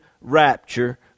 rapture